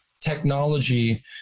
technology